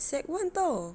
sec one [tau]